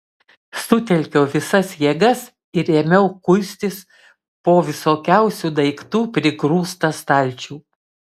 sutelkiau visas jėgas ir ėmiau kuistis po visokiausių daiktų prigrūstą stalčių